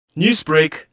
Newsbreak